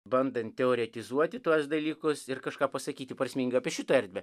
bandant teoretizuoti tuos dalykus ir kažką pasakyti prasminga apie šitą erdvę